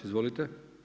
Izvolite.